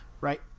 right